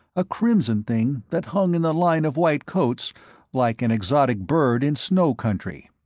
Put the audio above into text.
a crimson thing that hung in the line of white coats like an exotic bird in snow country.